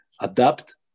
adapt